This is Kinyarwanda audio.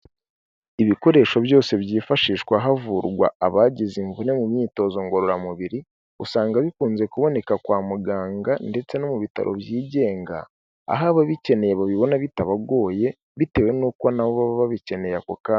Ibikoresho byose byifashishwa havurwa abagize imvune mu myitozo ngororamubiri, usanga bikunze kuboneka kwa muganga ndetse no mu bitaro byigenga, aho ababikeneye babibona bitabagoye bitewe nuko nabo baba babikeneye ako ka...